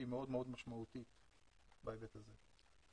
מאוד מאוד משמעותית בהיבט הזה.